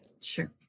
Sure